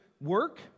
work